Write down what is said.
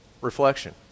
reflection